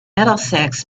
middlesex